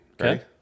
Okay